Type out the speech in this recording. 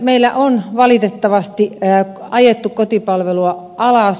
meillä on valitettavasti ajettu kotipalvelua alas